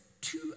two